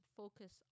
focus